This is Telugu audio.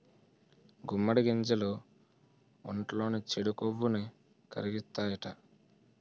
గుమ్మడి గింజలు ఒంట్లోని చెడు కొవ్వుని కరిగిత్తాయట